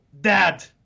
dad